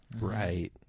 Right